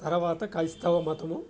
తర్వాత క్రైస్తవ మతము